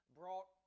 brought